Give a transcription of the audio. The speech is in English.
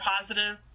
positive